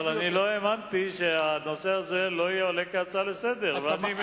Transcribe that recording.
אבל אני לא האמנתי שהנושא הזה לא יועלה כהצעה לסדר-היום.